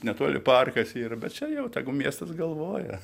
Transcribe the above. netoli parkas yra bet čia jau tegu miestas galvoja